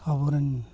ᱟᱵᱚ ᱨᱮᱱ